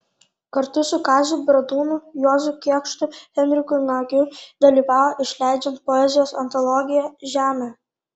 kartu su kaziu bradūnu juozu kėkštu henriku nagiu dalyvavo išleidžiant poezijos antologiją žemė